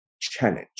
challenge